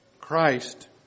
Christ